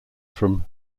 from